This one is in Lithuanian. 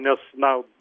nes na